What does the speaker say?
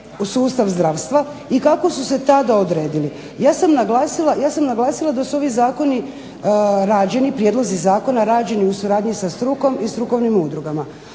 sustav zdravstva i kako su se tada odredili. Ja sam naglasila da su ovi Zakoni rađeni, prijedlozi zakona rađeni u suradnji sa strukom i strukovnim udrugama.